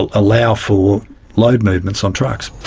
ah allow for load movements on trucks.